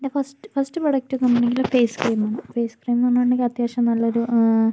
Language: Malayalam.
എൻ്റെ ഫസ്റ്റ് ഫസ്റ്റ് പ്രോഡക്റ്റ്ന്ന് പറഞ്ഞിട്ടുണ്ടെങ്കിൽ ഫേസ് ക്രീമാണ് ഫേസ് ക്രീം എന്ന് പറഞ്ഞിട്ടുണ്ടെങ്കിൽ അത്യാവിശ്യം നല്ല ഒരു